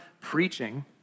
preaching